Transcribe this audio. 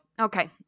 okay